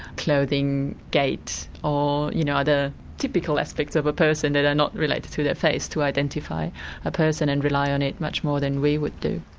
clothing, gait, or you know other typical aspects of a person that are not related to their face to identify a person and rely on it much more than we would do.